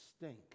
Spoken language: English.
stink